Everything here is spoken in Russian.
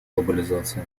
глобализации